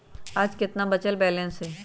आज केतना बचल बैलेंस हई?